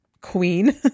queen